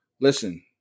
Listen